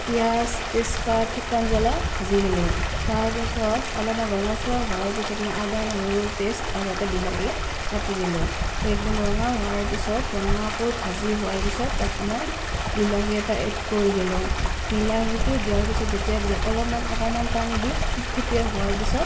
পিয়াঁজ তেজপাত শুকান জ্বালা ভাজি ল'লো তাৰ পাছত অলপমান ৰঙচুৱা হোৱাৰ পাছত মই আদা নহৰুৰ পেষ্ট আৰু এটা বিলাহী কাটি দিলোঁ দি একদম ৰঙা হোৱাৰ পিছত ৰঙাকৈ ভাজি হোৱাৰ পিছত তাত মই বিলাহী এটা এড কৰি দিলোঁ বিলাহীটো দিয়াৰ পিছত যেতিয়া অলপমান অকণমান পানী দি থুপথুপীয়া হোৱাৰ পিছত